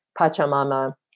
Pachamama